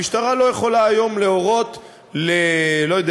המשטרה לא יכולה היום להורות ל"בזק